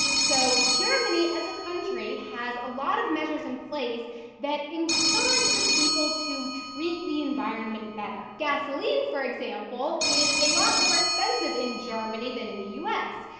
so, germany as a country has a lot of measures in place that encourage the people to treat the environment better. gasoline, for example, is a lot more expensive in germany than in the u s.